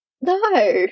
no